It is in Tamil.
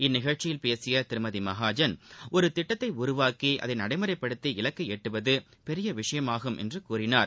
இந்நிகழ்ச்சியில் பேசிய திருமதி மகாஜன் ஒரு திட்டத்தை உருவாக்கி அதை நடைமுறைபடுத்தி இலக்கை எட்டுவது பெரிய விஷயமாகும் என்று கூறினார்